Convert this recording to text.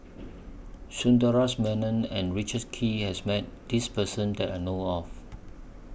Sundaresh Menon and Richard Kee has Met This Person that I know of